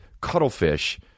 cuttlefish